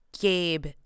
Gabe